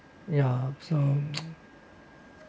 ya so